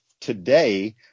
today